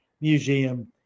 museum